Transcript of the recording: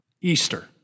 Easter